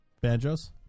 Banjos